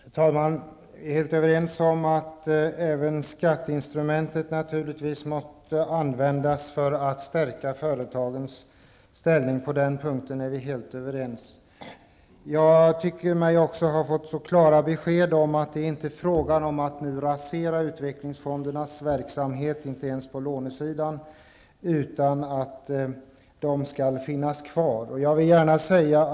Herr talman! Vi är helt överens om att även skatteintrumentet måste användas för att stärka företagens ställning. Jag tycker mig också ha fått mycket klara besked om att det inte är fråga om att nu rasera utvecklingsfondernas verksamhet, inte ens på lånesidan, utan att utvecklingsfonderna skall finnas kvar.